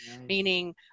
meaning